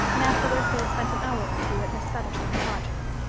and afterwards they had spent an hour or two at miss featherstone's lodgings.